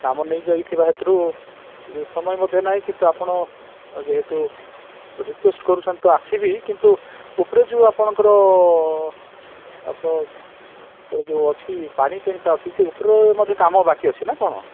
କାମ ନେଇଯାଇଥିବା ହେତିରୁ ଟିକିଏ ସମୟ ମଧ୍ୟ ନାହିଁ କିନ୍ତୁ ଆପଣ ଯେହେତୁ ରିକ୍ୱେଷ୍ଟ କରୁଛନ୍ତି ତ ଆସିବି କିନ୍ତୁ ଉପରେ ଯେଉଁ ଆପଣଙ୍କର ଏଇ ଯେଉଁ ଅଛି ପାଣିଟ୍ୟାଙ୍କଟା ଅଛି ସେଇ ଉପରେ ମଧ୍ୟ କାମ ବାକି ଅଛି ନା କ'ଣ